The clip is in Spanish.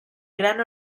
gran